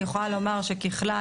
אני יכולה לומר שככלל,